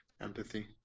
Empathy